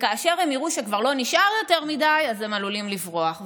כאשר הם יראו שכבר לא נשאר יותר מדי הם עלולים לברוח,